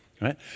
right